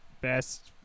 best